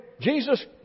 Jesus